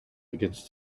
against